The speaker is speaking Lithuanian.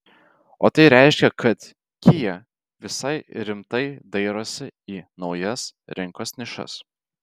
o tai reiškia kad kia visai rimtai dairosi į naujas rinkos nišas